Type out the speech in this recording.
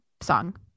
song